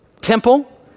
Temple